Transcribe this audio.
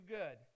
good